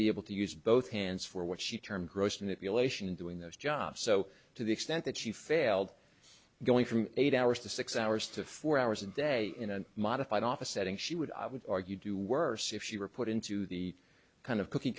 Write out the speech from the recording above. be able to use both hands for what she termed gross and it relation doing those jobs so to the extent that she failed going from eight hours to six hours to four hours a day in a modified office setting she would i would argue do worse if she were put into the kind of cookie